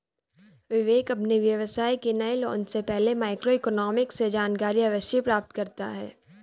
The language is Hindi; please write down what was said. विवेक अपने व्यवसाय के नए लॉन्च से पहले माइक्रो इकोनॉमिक्स से जानकारी अवश्य प्राप्त करता है